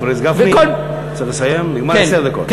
חבר הכנסת גפני, צריך לסיים, נגמרו עשר הדקות.